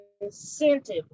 incentive